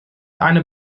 eine